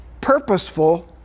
purposeful